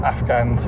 Afghan